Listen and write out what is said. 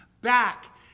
back